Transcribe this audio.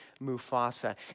Mufasa